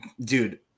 dude